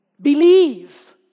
Believe